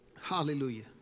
Hallelujah